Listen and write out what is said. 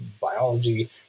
biology